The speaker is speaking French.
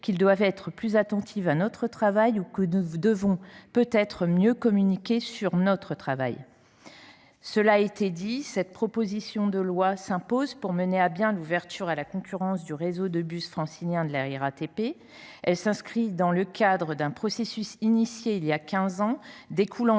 qu’ils doivent être plus attentifs à notre travail. Nous devons aussi peut être mieux communiquer sur ce que nous faisons. Cela a été rappelé, cette proposition de loi s’impose pour mener à bien l’ouverture à la concurrence du réseau de bus francilien de la RATP. Elle s’inscrit dans le cadre d’un processus engagé il y a quinze ans, découlant